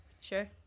Sure